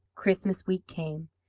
christmas week came,